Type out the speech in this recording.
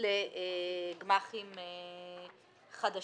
ביחס לגמ"חים חדשים.